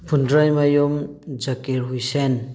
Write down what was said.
ꯐꯨꯟꯗ꯭ꯔꯩꯃꯌꯨꯝ ꯖꯀꯤꯔ ꯍꯨꯏꯁꯦꯟ